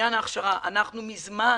עניין ההכשרה מזמן